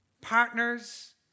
partners